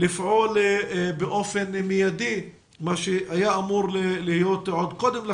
היא לפעול באופן מיידי - מה שהיה אמור להיות קודם לכן,